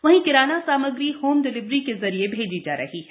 वही किराना सामग्री होम डिलीवरी के जरिये भेजी जा रही है